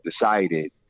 decided